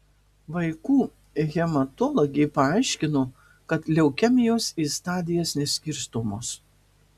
vaikų hematologė paaiškino kad leukemijos į stadijas neskirstomos